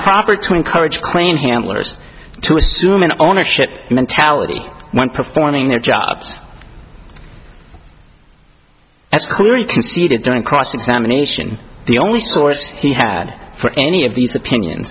improper to encourage clane handlers to assume an ownership mentality when performing their jobs as clearly conceded during cross examination the only source he had for any of these opinion